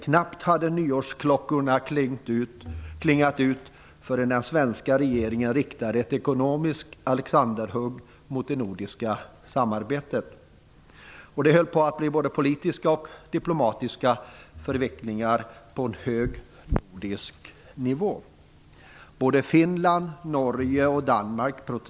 Knappt hade nyårsklockorna klingat ut förrän den svenska regeringen riktade ett ekonomiskt Alexanderhugg mot det nordiska samarbetet. Det höll på att bli både politiska och diplomatiska förvecklingar på en hög nordisk nivå.